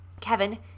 Kevin